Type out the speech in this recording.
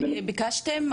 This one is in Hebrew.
ביקשתם?